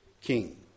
king